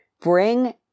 bring